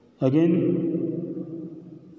Again